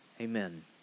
Amen